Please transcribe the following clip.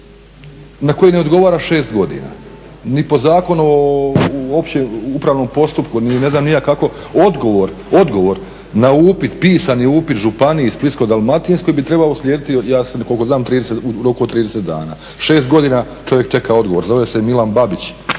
na koji ne odgovara 6 godina. Ni po Zakonu o općem upravnom postupku nije, ne znam ni ja kako, odgovor na upit, pisani upit županiji Splitsko-dalmatinskoj bi trebalo uslijediti u roku od 30 dana. 6 godina čovjek čeka odgovor, zove se Milan Babić